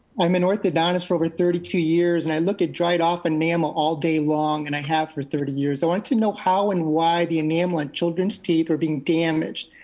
i'm an orthodontist for over thirty two years, and i look at dried off enamel all day long and i have for thirty years, so i want to know how and why the enamel in children's teeth are being damaged.